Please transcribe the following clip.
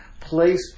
place